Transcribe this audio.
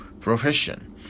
profession